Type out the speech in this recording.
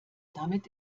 damit